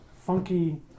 funky